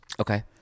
Okay